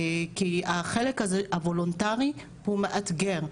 כי החלק הוולונטרי הוא מאתגר.